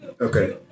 Okay